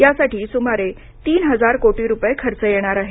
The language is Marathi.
यासाठी सुमारे तीन हजार कोटी रुपये खर्च येणार आहे